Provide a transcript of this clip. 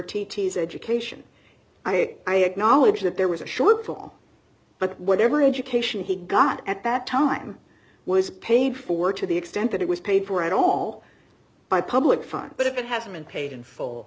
t s education i had i acknowledge that there was a shortfall but whatever education he got at that time was paid for to the extent that it was paid for at all by public funds but if it hasn't been paid in full